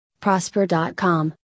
Prosper.com